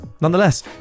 Nonetheless